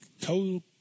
total